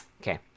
okay